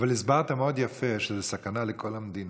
הסברת מאוד יפה שזאת סכנה לכל המדינה,